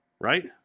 right